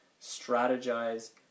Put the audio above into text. strategize